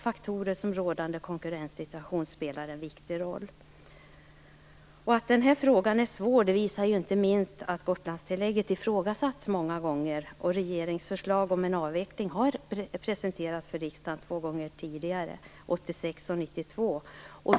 Faktorer som rådande konkurrenssituation spelar en viktig roll. Att denna fråga är svår visar inte minst det faktum att Gotlandstillägget ifrågasatts många gånger. Regeringsförslag om en avveckling har presenterats för riksdagen två gånger tidigare - 1986 och 1992.